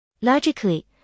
Logically